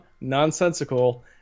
nonsensical